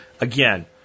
Again